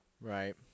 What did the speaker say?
Right